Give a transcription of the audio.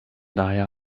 daher